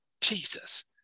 Jesus